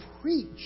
preach